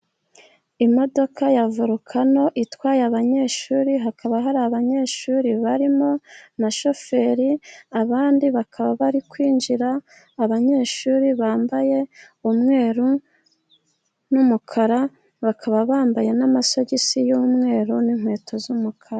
Imodoka ya Vorukano itwaye abanyeshuri, hakaba hari abanyeshuri barimo na shoferi, abandi bakaba bari kwinjira. Abanyeshuri bambaye umweru n'umukara, bakaba bambaye n'amasogisi y'umweru n'inkweto z'umukara.